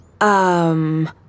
Um